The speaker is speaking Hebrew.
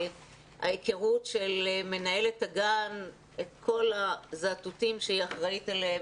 ההיכרות של מנהלת הגן את כל הזאטוטים שהיא אחראית עליהם